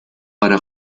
para